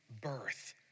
birth